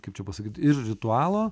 kaip čia pasakyt ir ritualo